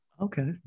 Okay